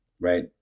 right